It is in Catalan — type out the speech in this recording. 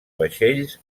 vaixells